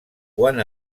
quan